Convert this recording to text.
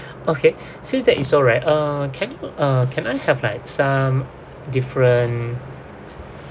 okay since that is alright err can you uh can I have some different